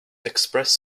express